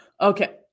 Okay